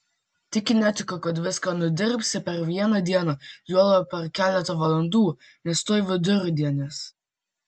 tik netikiu kad viską nudirbsi per vieną dieną juolab per keletą valandų nes tuoj vidurdienis